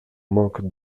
manque